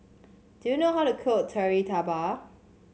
do you know how to cook Kari Debal